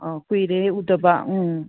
ꯑꯥ ꯀꯨꯏꯔꯦꯍꯦ ꯎꯗꯕ ꯎꯝ